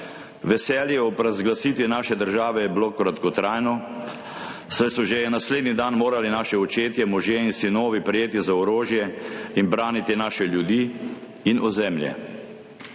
Veselje ob razglasitvi naše države je bilo kratkotrajno, saj so že naslednji dan morali naši očetje, možje in sinovi prijeti za orožje in braniti naše ljudi in ozemlje.